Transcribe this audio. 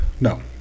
No